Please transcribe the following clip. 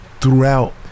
throughout